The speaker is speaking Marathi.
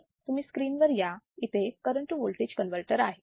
त्यासाठी तुम्ही स्क्रीन वर या इथे करण टू वोल्टेज कन्वर्टर आहे